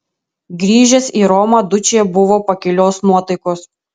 grįžęs į romą dučė buvo pakilios nuotaikos